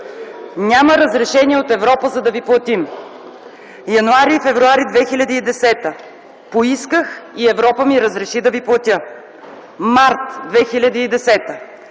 „Няма разрешение от Европа, за да ви платим”. Януари и февруари 2010 г. – „Поисках и Европа ми разреши да ви платя”. Месец март 2010 г.